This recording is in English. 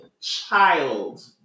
child